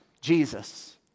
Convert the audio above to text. Jesus